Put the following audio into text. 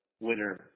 winner